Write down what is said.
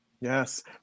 Yes